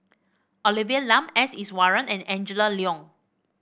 Olivia Lum S Iswaran and Angela Liong